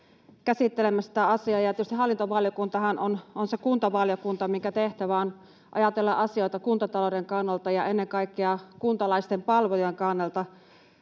käsittelemässä tätä asiaa, ja hallintovaliokuntahan tietysti on se kuntavaliokunta, minkä tehtävä on ajatella asioita kuntatalouden kannalta ja ennen kaikkea kuntalaisten palvelujen kannalta.